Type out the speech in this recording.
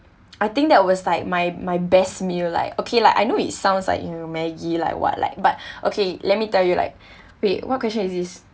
I think that was like my my best meal lah okay lah I know it sounds like maggie like what like but okay let me tell you like wait what question is this